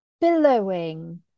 billowing